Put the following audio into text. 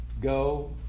Go